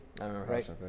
right